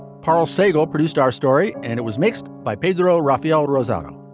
prl sago produced our story and it was mixed by pedro raphaela rosano